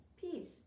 Peace